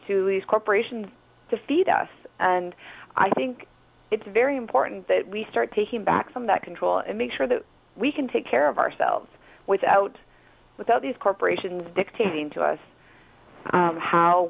to these corporations to feed us and i think it's very important that we start taking back some that control and make sure that we can take care of ourselves without without these corporations dictating to us